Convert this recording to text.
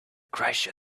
crush